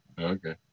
Okay